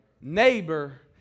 neighbor